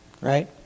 Right